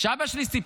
שאבא שלי,